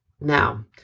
Now